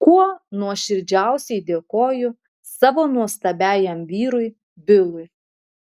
kuo nuoširdžiausiai dėkoju savo nuostabiajam vyrui bilui